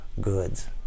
goods